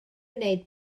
wneud